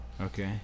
Okay